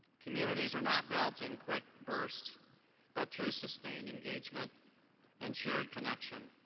communities are not built in quick bursts but through sustained engagement and shared connection.